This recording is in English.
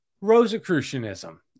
Rosicrucianism